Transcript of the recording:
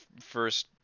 first